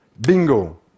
Bingo